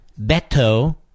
Beto